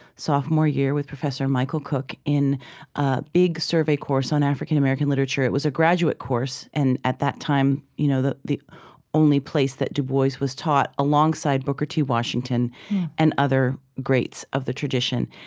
sophomore year with professor michael cooke in a big survey course on african-american literature. it was a graduate course and, at that time, you know the the only place that du bois was taught alongside booker t. washington and other greats of the tradition.